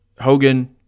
Hogan